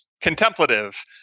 Contemplative